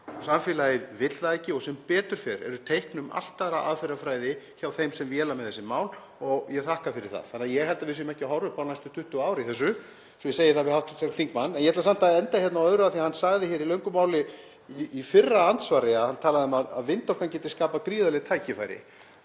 Samfélagið vill það ekki og sem betur fer eru teikn um allt aðra aðferðafræði hjá þeim sem véla með þessi mál og ég þakka fyrir það. Ég held því að við séum ekki að horfa upp á önnur 20 ár í þessu, svo ég segi það við hv. þingmann. En ég ætla samt að enda hérna á öðru, af því að hann talaði hér í löngu máli í fyrra andsvari um að vindorkan gæti skapað gríðarleg tækifæri.